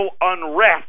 unrest